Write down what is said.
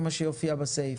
זה מה שיופיע בסעיף.